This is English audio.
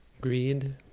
greed